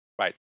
Right